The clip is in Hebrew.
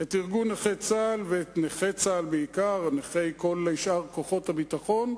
את ארגון נכי צה"ל ואת נכי צה"ל בעיקר ונכי כל שאר כוחות הביטחון,